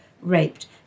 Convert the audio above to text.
raped